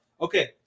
Okay